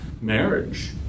marriage